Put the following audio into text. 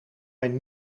mijn